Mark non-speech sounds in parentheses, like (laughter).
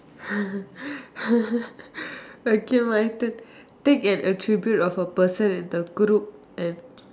(laughs) okay my turn take an attribute of a person in the group and